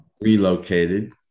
relocated